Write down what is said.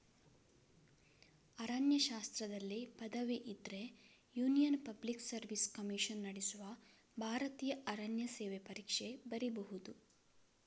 ಅರಣ್ಯಶಾಸ್ತ್ರದಲ್ಲಿ ಪದವಿ ಇದ್ರೆ union public service commission ನಡೆಸುವ ಭಾರತೀಯ ಅರಣ್ಯ ಸೇವೆ ಪರೀಕ್ಷೆ ಬರೀಬಹುದು